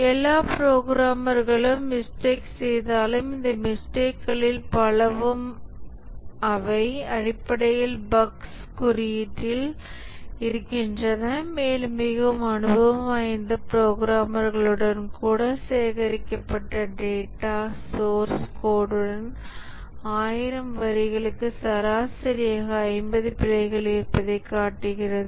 எல்லா புரோகிராமர்களும் மிஸ்டேக் செய்தாலும் இந்த மிஸ்டேக்களில் பலவும் அவை அடிப்படையில் பஃக்ஸ் குறியீட்டில் இருக்கின்றன மேலும் மிகவும் அனுபவம் வாய்ந்த புரோகிராமர்களுடன் கூட சேகரிக்கப்பட்ட டேட்டா சோர்ஸ் கோட்ன் 1000 வரிகளுக்கு சராசரியாக 50 பிழைகள் இருப்பதைக் காட்டுகிறது